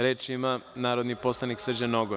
Reč ima narodni poslanik Srđan Nogo.